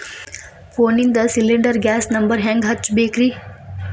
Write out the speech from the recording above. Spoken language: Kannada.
ಫೋನಿಂದ ಸಿಲಿಂಡರ್ ಗ್ಯಾಸ್ ನಂಬರ್ ಹೆಂಗ್ ಹಚ್ಚ ಬೇಕ್ರಿ?